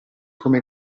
come